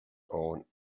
own